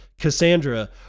Cassandra